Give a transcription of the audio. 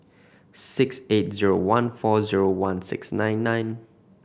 six eight zero one four zero one six nine nine